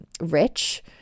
rich